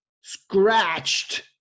scratched